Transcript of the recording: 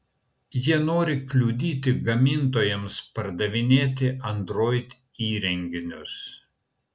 jie nori kliudyti gamintojams pardavinėti android įrenginius